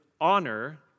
honor